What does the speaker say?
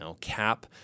Cap